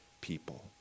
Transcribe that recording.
people